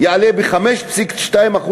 יעלה ב-5.2%,